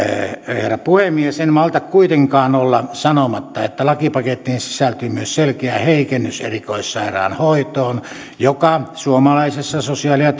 herra puhemies en malta kuitenkaan olla sanomatta että lakipakettiin sisältyy myös selkeä heikennys erikoissairaanhoitoon joka suomalaisessa sosiaali ja